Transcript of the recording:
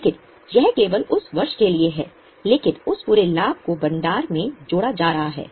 लेकिन यह केवल उस वर्ष के लिए है लेकिन उस पूरे लाभ को भंडार में जोड़ा जा रहा है